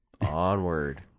Onward